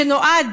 שנועד